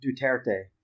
Duterte